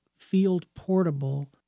field-portable